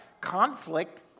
conflict